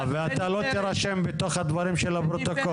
בהתפרצות כי אתה לא תירשם בתוך הדברים של הפרוטוקול.